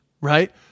right